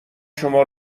شما